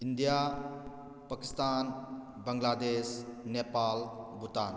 India Pakistan Bangladesh Nepal Bhutan